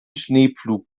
schneepflug